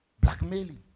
Blackmailing